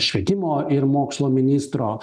švietimo ir mokslo ministro